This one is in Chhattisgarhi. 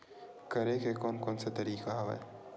करे के कोन कोन से तरीका हवय?